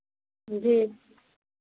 जी